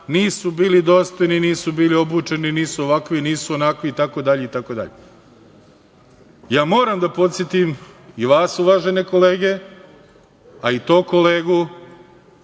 nisu bili dostojni, nisu bili obučeni, nisu ovakvi, nisu onakvi itd. Ja moram da podsetim i vas, uvažene kolege, a i tog kolegu,